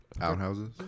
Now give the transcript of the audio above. Outhouses